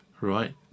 Right